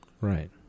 Right